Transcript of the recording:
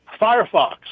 Firefox